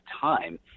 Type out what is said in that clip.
time